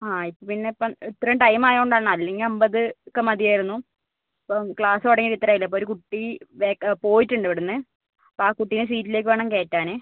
ആ ഇപ്പം പിന്നെ ഇപ്പം ഇത്രയും ടൈം ആയതുകൊണ്ട് ആണ് അല്ലെങ്കിൽ അമ്പത് ഒക്കെ മതിയായിരുന്നു അപ്പം ക്ലാസ്സ് തുടങ്ങിയിട്ട് ഇത്ര ആയില്ലെ അപ്പം ഒരു കുട്ടി പോയിട്ട് ഉണ്ട് ഇവിടെ നിന്ന് അപ്പം ആ കുട്ടീൻ്റ സീറ്റിലേക്ക് വേണം കയറ്റാൻ